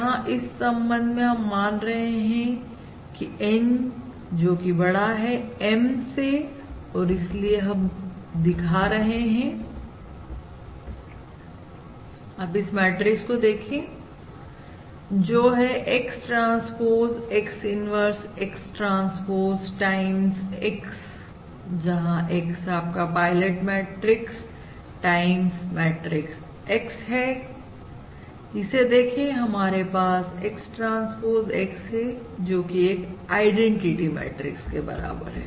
यहां इस संबंध में हम मान रहे हैं की N जो कि बड़ा है M से और इसलिए अब हम दिखा रहे हैं अगर आप इस मैट्रिक्स को देखें जो है X transpose X inverse X transpose time X जहां X आपका pilot matrix time matrix X है इसे देखें हमारे पास X ट्रांसपोज X है जो कि एक आईडेंटिटी मैट्रिक्स के बराबर है